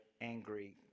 Angry